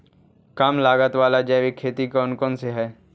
कम लागत वाला जैविक खेती कौन कौन से हईय्य?